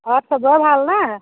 ঘৰত চবৰে ভাল নে